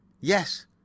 Yes